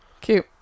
Cute